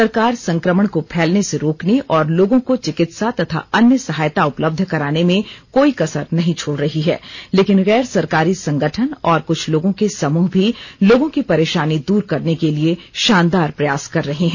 सरकार संक्रमण को फैलने से रोकने और लोगों को चिकित्सा तथा अन्य सहायता उपलब्ध कराने में कोई कसर नहीं छोड रही है लेकिन गैर सरकारी संगठन और कुछ लोगों के समूह भी लोगों की परेशानी दूर करने के लिए शानदार प्रयास कर रहे हैं